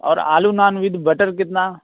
और aloo naan with butter कितना